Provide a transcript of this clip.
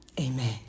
Amen